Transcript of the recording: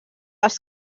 els